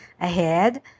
ahead